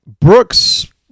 Brooks